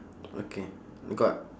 okay got